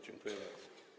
Dziękuję bardzo.